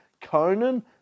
Conan